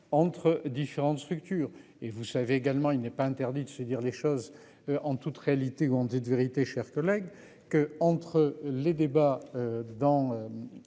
entre différentes structures et vous savez également, il n'est pas interdit de se dire les choses. En toute réalité de vérité chers collègues que entre les débats dans.